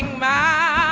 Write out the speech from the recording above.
man,